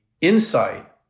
insight